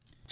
seconds